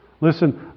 Listen